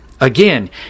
Again